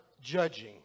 judging